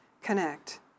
connect